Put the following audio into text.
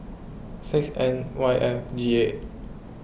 six N Y F G eight